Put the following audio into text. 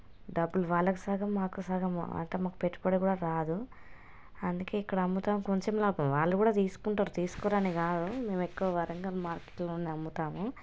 డబ్బులు వాళ్ళకి సగం మాకు సగం అంటే మాకు పెట్టుబడి కూడా రాదు అందుకే ఇక్కడ అమ్ముతాము కొంచెం లాభం వాళ్ళు కూడా తీసుకుంటారు తీసుకోరని కాదు మేము ఎక్కువ వరంగల్ మార్కెట్లోనే అమ్ముతాము